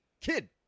kid